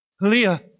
Leah